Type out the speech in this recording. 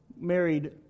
married